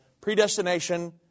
predestination